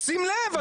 שים לב,